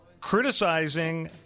criticizing